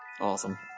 Awesome